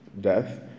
death